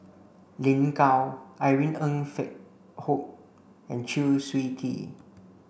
Lin Gao Irene Ng Phek Hoong and Chew Swee Kee